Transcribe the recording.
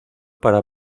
para